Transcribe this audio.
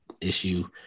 issue